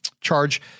charge